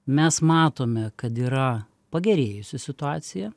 mes matome kad yra pagerėjusi situacija